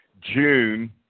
June